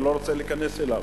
ואני לא רוצה להיכנס אליו.